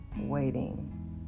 waiting